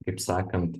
kaip sakant